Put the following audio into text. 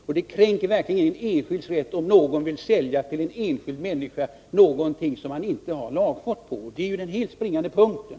Och det är verkligen att kränka en enskilds rätt om någon vill sälja någonting till en enskild människa som man inte har lagfart på. Det är den springande punkten.